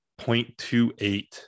0.28